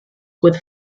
with